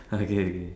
okay okay